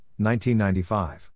1995